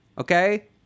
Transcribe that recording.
okay